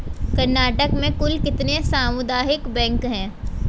कर्नाटक में कुल कितने सामुदायिक बैंक है